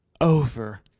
over